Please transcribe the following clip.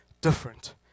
different